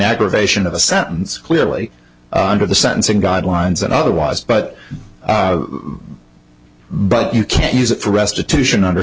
aggravation of a sentence clearly under the sentencing guidelines and otherwise but but you can't use it for restitution under